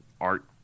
art